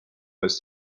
eest